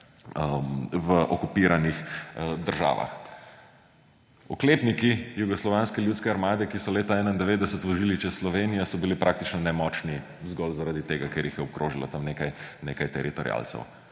v okupiranih državah. Oklepniki Jugoslovanske ljudske armade, ki so leta 1991 vozili čez Slovenijo, so bili praktično nemočni zgolj zaradi tega, ker jih je obkrožalo tam nekaj teritorialcev